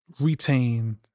retain